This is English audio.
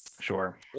Sure